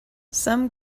some